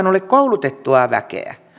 ole koulutettua väkeä